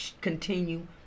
continue